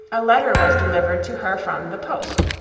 a letter was delivered to her from the post,